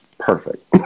Perfect